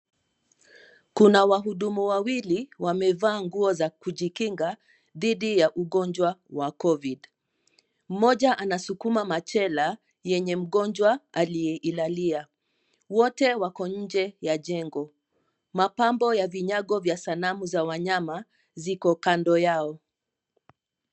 Kuna wahudumu wawili wamevaa nguo za kujikinga, dhidi ya ugonjwa wa Covid , mmoja anasukuma machela, yenye mgonjwa, aliyeilalia, wote wako nje ya jengo, mapambo ya vinyago vya sanamu za wanyama, ziko kando yao.